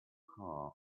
car